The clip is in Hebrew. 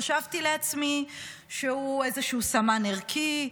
חשבתי לעצמי שהוא איזשהו סמן ערכי,